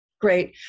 great